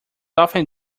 often